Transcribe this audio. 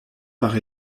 par